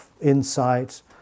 insights